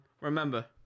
Remember